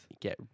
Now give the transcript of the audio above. Get